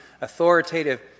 authoritative